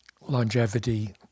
longevity